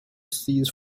seeds